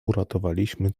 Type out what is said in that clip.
uratowaliśmy